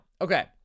okay